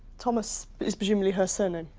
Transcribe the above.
thomas is presumably her surname.